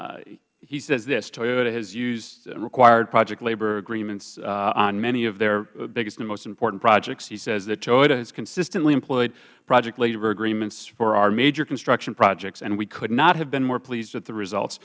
it he says this toyota has used and required project labor agreements on many of their biggest and most important projects he says that toyota has consistently employed project labor agreements for our major construction projects and we could not have been more pleased with the results